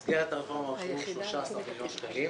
לא, במסגרת הרפורמה אושרו 13 מיליון שקלים.